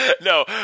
No